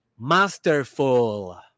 masterful